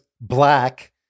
black